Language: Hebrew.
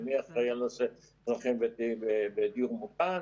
ומי אחראי על הנושא האזרחים הוותיקים בדיור מוגן,